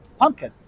pumpkin